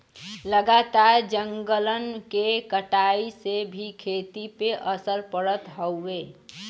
लगातार जंगलन के कटाई से भी खेती पे असर पड़त हउवे